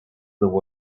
woods